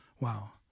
wow